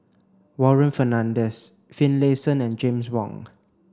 Warren Fernandez Finlayson and James Wong